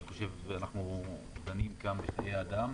אנחנו דנים כאן בחיי אדם.